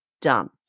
done